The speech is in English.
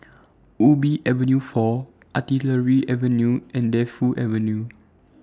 Ubi Avenue four Artillery Avenue and Defu Avenue